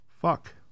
fuck